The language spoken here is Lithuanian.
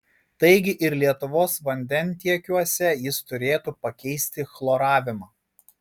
taigi ir lietuvos vandentiekiuose jis turėtų pakeisti chloravimą